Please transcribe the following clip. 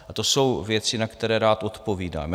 A to jsou věci, na které rád odpovídám.